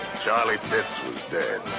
charley pitts was dead.